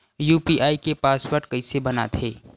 UPI के password कइसे बनाथे?